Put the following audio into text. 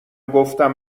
گفتم